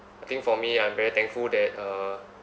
I think for me I'm very thankful that uh